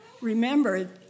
remember